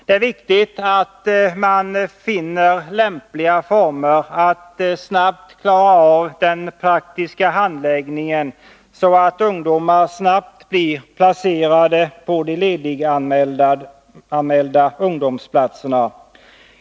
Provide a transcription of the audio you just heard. Det är viktigt att man finner lämpliga former för att snabbt klara av den praktiska handläggningen, så att ungdomar snabbt blir placerade på de lediganmälda ungdomsplatserna.